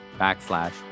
backslash